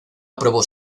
aprobó